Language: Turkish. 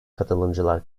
katılımcılar